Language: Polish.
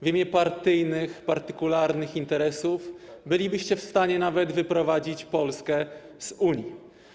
W imię partyjnych, partykularnych interesów bylibyście w stanie nawet wyprowadzić Polskę z Unii.